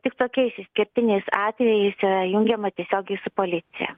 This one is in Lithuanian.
tik tokiais išskirtiniais atvejais jungiama tiesiogiai su policija